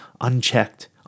unchecked